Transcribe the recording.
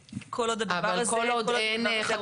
כל עוד הדבר הזה --- אבל כל עוד אין חקיקה